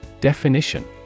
Definition